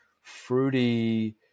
fruity